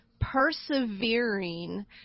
persevering